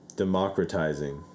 Democratizing